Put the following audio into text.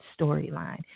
storyline